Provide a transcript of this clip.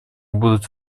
будут